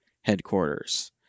headquarters